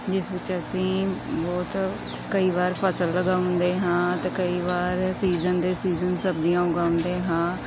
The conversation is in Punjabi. ਜਿਸ ਵਿੱਚ ਅਸੀਂ ਬਹੁਤ ਕਈ ਵਾਰ ਫਸਲ ਲਗਾਉਂਦੇ ਹਾਂ ਅਤੇ ਕਈ ਵਾਰ ਸੀਜ਼ਨ ਦੇ ਸੀਜ਼ਨ ਸਬਜ਼ੀਆਂ ਉਗਾਉਂਦੇ ਹਾਂ